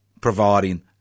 providing